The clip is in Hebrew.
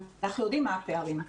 אנחנו יודעים מה הפערים.